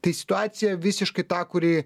tai situacija visiškai ta kuri